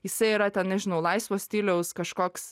jisai yra ten nežinau laisvo stiliaus kažkoks